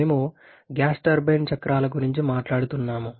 మేము gas turbine చక్రాల గురించి మాట్లాడుతున్నాము